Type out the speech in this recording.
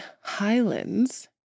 Highlands